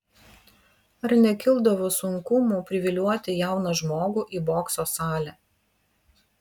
ar nekildavo sunkumų privilioti jauną žmogų į bokso salę